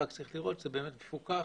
רק צריך לראות שזה באמת מפוקח